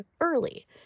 early